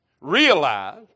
realize